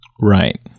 Right